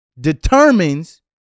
determines